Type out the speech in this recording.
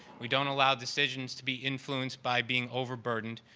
we don't allow decisions to be influenced by being over-burdened.